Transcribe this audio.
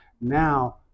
now